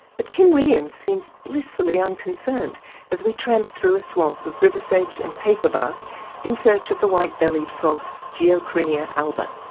but kim williams seems blissfully unconcerned as we tramp through a swamp of river sedge and paperbark in search of the white-bellied frog, geocrinia alba.